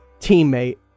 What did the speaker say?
teammate